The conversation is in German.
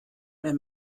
mehr